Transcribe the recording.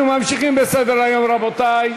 אנחנו ממשיכים בסדר-היום, רבותי.